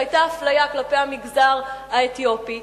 שהיתה אפליה כלפי המגזר האתיופי,